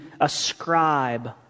ascribe